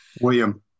William